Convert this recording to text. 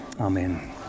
amen